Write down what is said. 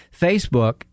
Facebook